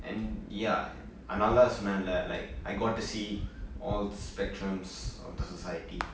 and ya அதுனால தா சொன்னேன்ல:athunaala thaa sonnenla like I got to see all spectrums of the society